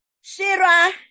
Shira